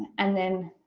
and then